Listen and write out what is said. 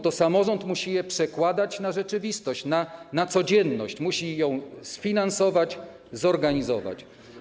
To samorząd musi je przekładać na rzeczywistość, na codzienność, musi je sfinansować, zorganizować.